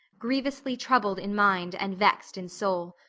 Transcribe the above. grievously troubled in mind and vexed in soul.